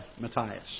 Matthias